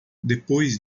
depois